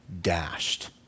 dashed